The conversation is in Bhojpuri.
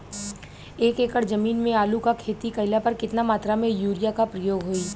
एक एकड़ जमीन में आलू क खेती कइला पर कितना मात्रा में यूरिया क प्रयोग होई?